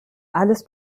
alles